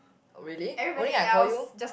really only I call you